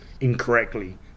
incorrectly